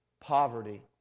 poverty